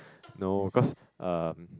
no cause um